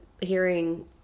hearing